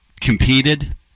competed